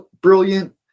brilliant